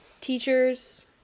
Teachers